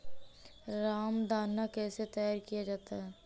रामदाना कैसे तैयार किया जाता है?